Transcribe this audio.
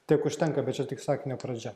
tiek užtenka bet čia tik sakinio pradžia